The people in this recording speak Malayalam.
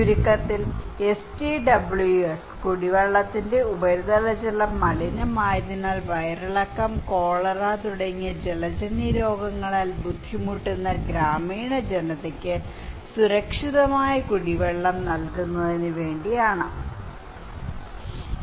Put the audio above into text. ചുരുക്കത്തിൽ STWs കുടിവെള്ളത്തിന്റെ ഉപരിതല ജലം മലിനമായതിനാൽ വയറിളക്കം കോളറ diarrhoea cholera തുടങ്ങിയ ജലജന്യ രോഗങ്ങളാൽ ബുദ്ധിമുട്ടുന്ന ഗ്രാമീണ ജനതയ്ക്ക് സുരക്ഷിതമായ കുടിവെള്ളം നൽകുന്നതിന് വേണ്ടിയാണ് ഓക്കേ